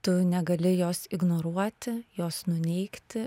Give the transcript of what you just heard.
tu negali jos ignoruoti jos nuneigti